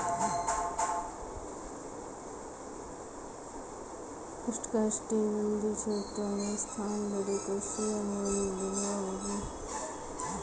उष्णकटिबंधीय क्षेत्रों में स्थानांतरित कृषि वनभूमि उर्वरता कम करता है